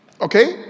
Okay